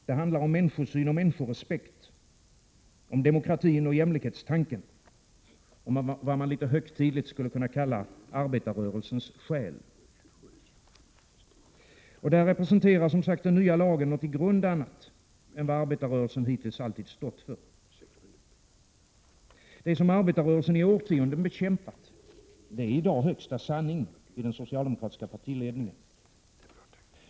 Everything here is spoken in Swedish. Den handlar om människosyn och människorespekt, om demokratin och jämlikhetstanken — om vad man litet högtidligt skulle kunna kalla arbetarrörelsens själ. Och där representerar som sagt den nya lagen något i grund annat än vad arbetarrörelsen hittills alltid stått för. Det som arbetarrörelsen i årtionden bekämpat, det är i dag högsta sanning i den socialdemokratiska partiledningen.